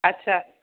अच्छा